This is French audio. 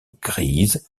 grise